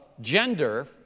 gender